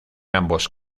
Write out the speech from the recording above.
ambos